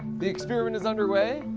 the experiment is underway.